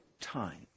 time